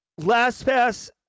LastPass